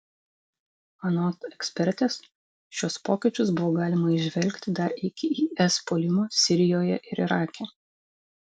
anot ekspertės šiuos pokyčius buvo galima įžvelgti dar iki is puolimo sirijoje ir irake